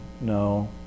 No